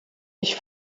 ich